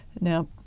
Now